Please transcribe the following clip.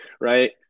right